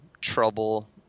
trouble